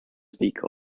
speak